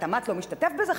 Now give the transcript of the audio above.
והתמ"ת לא משתתף בזה,